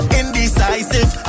indecisive